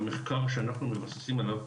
המחקר שאנחנו מתבססים עליו